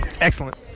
Excellent